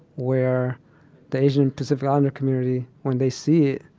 where the asian pacific islander community, when they see it,